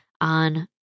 on